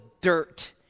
dirt